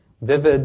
vivid